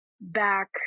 back